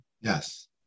Yes